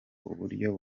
uburyo